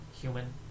human